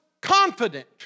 confident